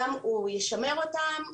הוא גם ישמר אותם,